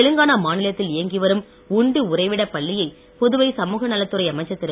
தெலுங்கானா மாநிலத்தில் இயங்கி வரும் உண்டு உறைவிட பள்ளியை புதுவை சமூக நலத்துறை அ மைச்சர் திரு